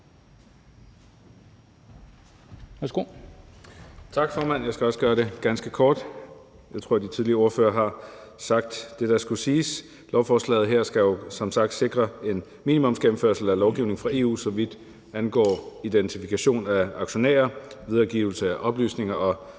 Tak, formand. Jeg skal også gøre det ganske kort – jeg tror, de tidligere ordførere har sagt det, der skulle siges. Lovforslaget her skal som sagt sikre en minimumsgennemførelse af lovgivning fra EU, så vidt angår identifikation af aktionærer, videregivelse af oplysninger